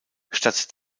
statt